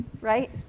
right